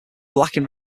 lacking